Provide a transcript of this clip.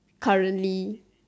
currently